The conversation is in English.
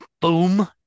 boom